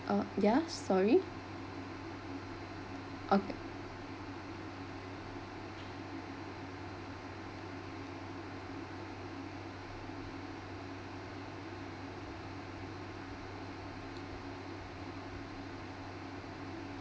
uh ya sorry okay